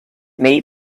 may